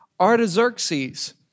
Artaxerxes